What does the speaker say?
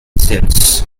since